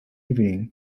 evening